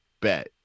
bet